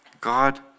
God